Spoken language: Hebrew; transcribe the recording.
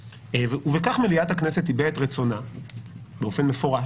ובכך מליאת הכנסת הביעה את רצונה באופן מפורש,